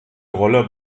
rolle